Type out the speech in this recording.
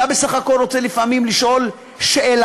אתה בסך הכול רוצה לפעמים לשאול שאלה,